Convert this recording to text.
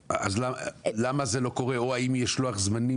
למה זה לא קורה או האם יש לוח זמנים